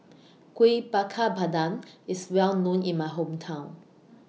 Kuih Bakar Pandan IS Well known in My Hometown